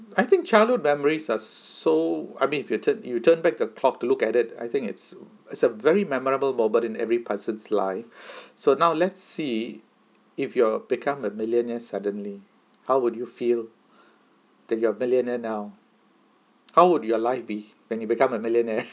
I think childhood memories are so I mean if you turn you turn back the clock to look at it I think it's it's a very memorable moment in every person's life so now let's see if you're become a millionaire suddenly how would you feel that you are millionaire now how would your life be when you become a millionaire